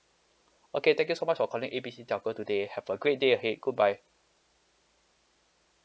okay thank you so much for calling A B C telco today have a great day ahead goodbye